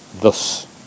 Thus